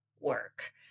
work